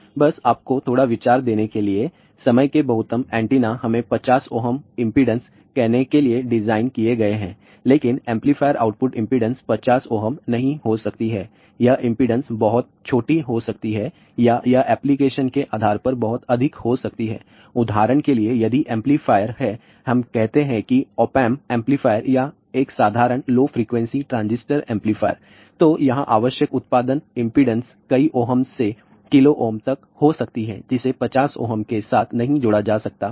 बस आपको थोड़ा सा विचार देने के लिए समय के बहुमत एंटेना हमें 50 Ω इंपेडेंस कहने के लिए डिज़ाइन किए गए हैं लेकिन एम्पलीफायर आउटपुट इंपेडेंस 50 Ω नहीं हो सकती है यह इंपेडेंस बहुत छोटी हो सकती है या यह एप्लीकेशन के आधार पर बहुत अधिक हो सकती है उदाहरण के लिए यदि यह एंपलीफायर है हम कहते हैं कि ऑप एम्प एम्पलीफायर या एक साधारण लो फ्रिकवेंसी ट्रांजिस्टर एम्पलीफायर तो यहाँ आवश्यक उत्पादन इंपेडेंस कई ohm से KΩ तक हो सकती है जिसे 50 Ω के साथ नहीं जोड़ा जा सकता है